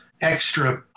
extra